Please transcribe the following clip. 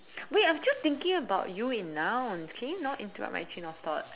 wait I'm still thinking about you in nouns can you not interrupt my train of thought